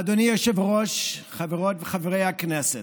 אדוני היושב-ראש, חברות וחברי הכנסת,